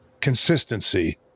Consistency